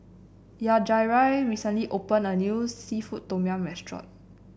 Yajaira recently opened a new seafood Tom Yum restaurant